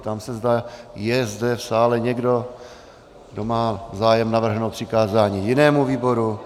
Ptám se, zda je zde v sále někdo, kdo má zájem navrhnout přikázání jinému výboru.